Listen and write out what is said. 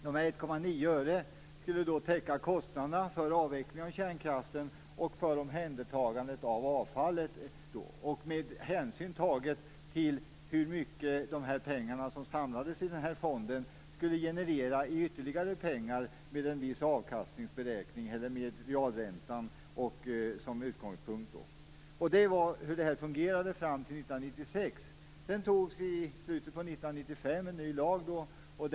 Dessa 1,9 ören skulle täcka kostnaderna för avvecklingen av kärnkraften och för omhändertagandet av avfallet, med hänsyn tagen till hur mycket de pengar som samlades i denna fond skulle generera i ytterligare pengar. Det gjordes en viss avkastningsberäkning med realräntan som utgångspunkt. Det var så det fungerade fram till 1996. I slutet på 1995 antogs en ny lag.